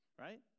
Right